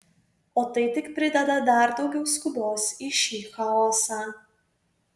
o tai tik prideda dar daugiau skubos į šį chaosą